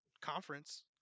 conference